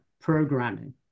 programming